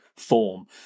form